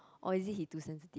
or is it he too sensitive